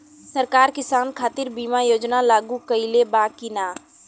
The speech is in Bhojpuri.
सरकार किसान खातिर बीमा योजना लागू कईले बा की ना?